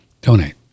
donate